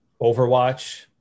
Overwatch